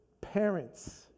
parents